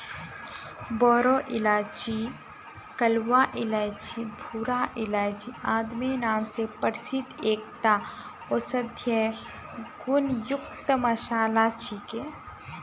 बोरो इलायची कलवा इलायची भूरा इलायची आदि नाम स प्रसिद्ध एकता औषधीय गुण युक्त मसाला छिके